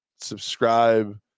subscribe